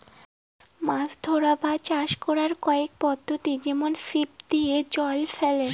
মাছ ধরার বা চাষ করাং কয়েক পদ্ধতি যেমন ছিপ দিয়ে, জাল ফেলে